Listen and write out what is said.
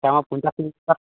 ᱛᱟᱣ ᱦᱚᱸ ᱯᱚᱸᱧᱪᱟᱥ ᱠᱤᱡᱤ ᱜᱟᱱ